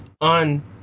on